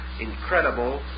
incredible